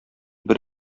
бер